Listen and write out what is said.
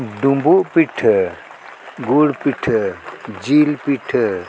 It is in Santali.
ᱰᱩᱸᱵᱩᱜ ᱯᱤᱴᱷᱟᱹ ᱜᱩᱲ ᱯᱤᱴᱷᱟᱹ ᱡᱤᱞ ᱯᱤᱴᱷᱟᱹ